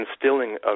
instilling